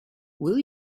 will